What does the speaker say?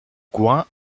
gouin